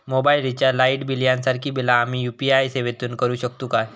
Mobile recharge, light bill यांसारखी बिला आम्ही यू.पी.आय सेवेतून करू शकतू काय?